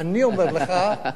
לא יודעים,